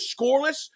scoreless